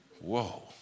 Whoa